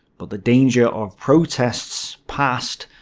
but the danger of protests passed,